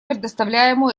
предоставляемую